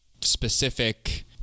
specific